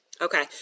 Okay